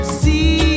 see